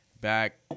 back